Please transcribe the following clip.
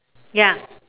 ya